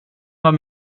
var